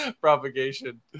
propagation